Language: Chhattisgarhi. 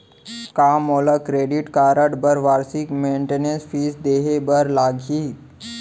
का मोला क्रेडिट कारड बर वार्षिक मेंटेनेंस फीस देहे बर लागही?